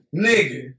Nigga